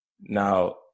Now